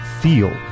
feel